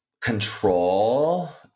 control